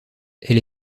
elle